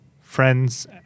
friends